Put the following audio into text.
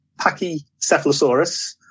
Pachycephalosaurus